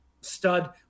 stud